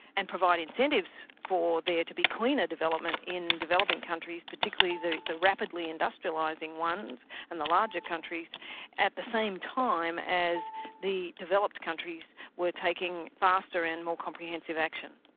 and provide incentives for there to be cleaner development in developing countries, particularly the the rapidly industrialising ones and the larger countries at the same time as the developed countries were taking ah faster and more comprehensive action.